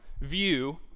view